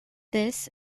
this